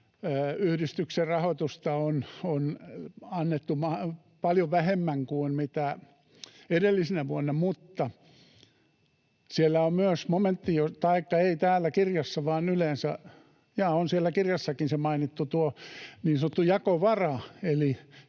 4H-yhdistykseen rahoitusta on annettu paljon vähemmän kuin mitä edellisenä vuonna, mutta siellä on myös momentti, taikka ei täällä kirjassa vaan yleensä — jaa, on siellä kirjassakin se mainittu — tuo niin sanottu jakovara